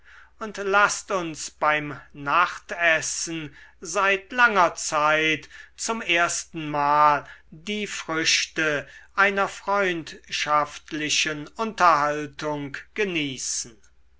und laßt uns beim nachtessen seit langer zeit zum erstenmal die früchte einer freundschaftlichen unterhaltung genießen